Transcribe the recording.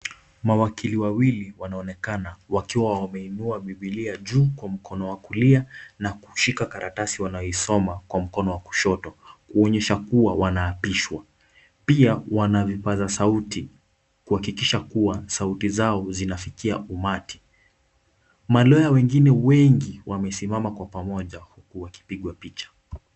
Mawakili wawili wanaonekana wakiwa wameinua bibilia juu kwa mkono wa kulia na kushika karatasi wanayoisoma kwa mkono wa kushoto kuonyesha kuwa wanaapishwa, pia Wana vipaza sauti kuhakikisha kuwa sauti zao zinafikia umati. Malawyer wengine wengi wamesimama kwa pamoja wakipigwa picha.